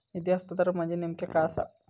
निधी हस्तांतरण म्हणजे नेमक्या काय आसा?